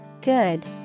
Good